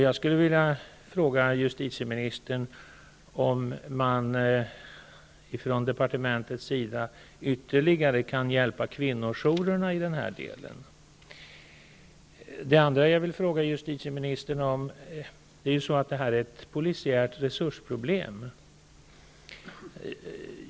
Jag skulle vilja fråga justitieministern om man från departementets sida ytterligare kan hjälpa kvinnojourerna i den här delen. Jag vill också peka på att detta är ett polisiärt resursproblem.